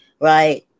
right